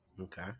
okay